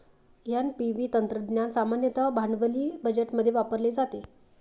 NPV तंत्रज्ञान सामान्यतः भांडवली बजेटमध्ये वापरले जाते